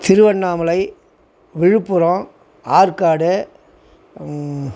Tiruvannamalai Villupuram Arcot